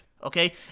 Okay